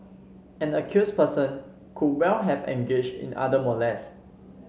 an accused person could well have engaged in other molest